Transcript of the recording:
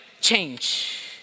change